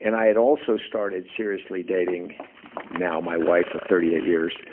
and i had also started seriously dating now my wife of thirty eight years